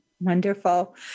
Wonderful